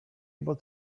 able